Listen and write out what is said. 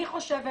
אני חושבת